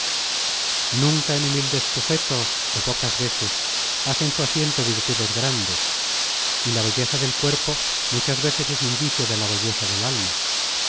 nunca en humildes sujetos ó pocas veces hacen su asiento virtudes grandes y la belleza del cuerpo muchas veces es indicio de la belleza del alma